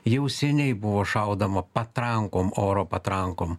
jau seniai buvo šaudoma patrankom oro patrankom